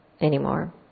anymore